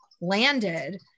landed